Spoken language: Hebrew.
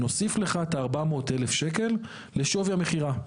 נוסיף לך את ה-400,000 שקל לשווי המכירה.